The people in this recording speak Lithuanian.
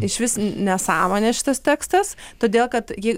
išvis nesąmonė šitas tekstas todėl kad ji